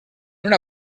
una